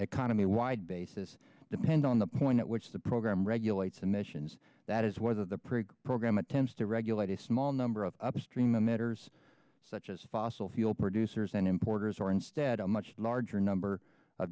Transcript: economy wide basis depend on the point at which the program regulates and missions that is whether the prig program attempts to regulate a small number of upstream emitters such as fossil fuel producers and importers or instead a much larger number